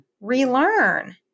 relearn